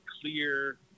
clear